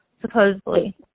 supposedly